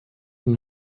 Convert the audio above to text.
und